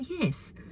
yes